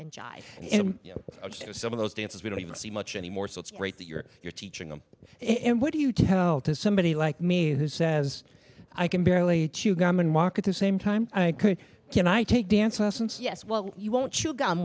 and jive and some of those dances we don't even see much anymore so it's great that you're you're teaching them and what do you tell to somebody like me who says i can barely chew gum and walk at the same time i could can i take dance lessons yes well you won't chew gum